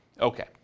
Okay